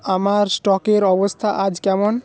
আমার স্টকের অবস্থা আজ কেমন